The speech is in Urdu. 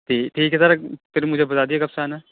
ٹھیک ٹھیک ہے سر پھر مجھے بتا دیجیے کب سے آنا ہے